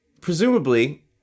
presumably